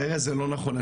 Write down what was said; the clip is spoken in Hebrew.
ארז זה לא נכון,